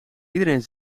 iedereen